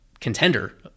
contender